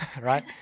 right